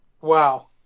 wow